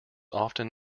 often